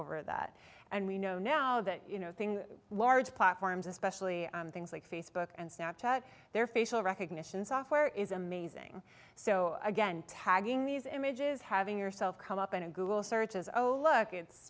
over that and we know now that you know thing large platforms especially things like facebook and snapchat their facial recognition software is amazing so again tagging these images having yourself come up in a google search as oh look it's